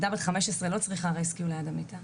ילדה בת 15 לא צריכה רסקיו ליד המיטה.